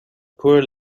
poor